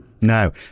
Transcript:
No